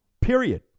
Period